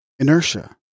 Inertia